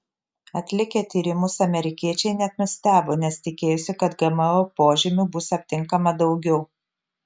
atlikę tyrimus amerikiečiai net nustebo nes tikėjosi kad gmo požymių bus aptinkama daugiau